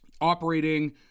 operating